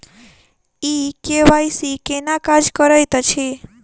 ई KYC केना काज करैत अछि?